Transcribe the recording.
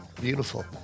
Beautiful